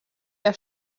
der